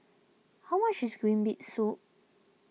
how much is Green Bean Soup